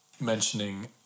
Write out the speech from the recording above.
mentioning